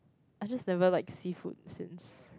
I just never liked seafood since